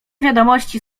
wiadomości